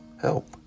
help